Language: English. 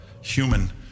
human